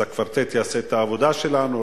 אז הקוורטט יעשה את העבודה שלנו,